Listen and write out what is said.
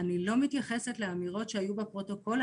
אני לא מתייחסת לאמירות שהיו בפרוטוקול,